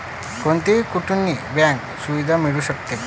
कोणीही कुठूनही बँक सुविधा मिळू शकते